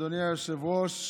אדוני היושב-ראש,